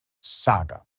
saga